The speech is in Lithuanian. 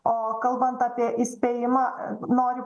o kalbant apie įspėjimą noriu